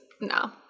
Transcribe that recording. no